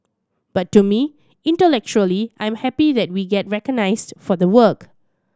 but to me intellectually I'm happy that we get recognised for the work